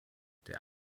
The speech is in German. der